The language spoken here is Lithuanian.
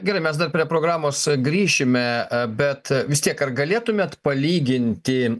gerai mes dar prie programos grįšime bet vis tiek ar galėtumėt palyginti